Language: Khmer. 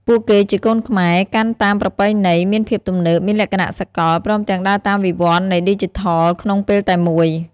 ពួកគេជាកូនខ្មែរ កាន់តាមប្រពៃណី មានភាពទំនើប មានលក្ខណៈសកល ព្រមទាំងដើរតាមវិវឌ្ឍនៃឌីជីថលក្នុងពេលតែមួយ។